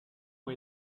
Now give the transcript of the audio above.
ont